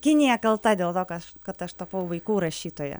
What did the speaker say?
kinija kalta dėl to kaš kad aš tapau vaikų rašytoja